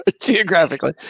Geographically